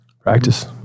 practice